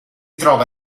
trova